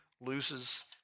loses